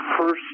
first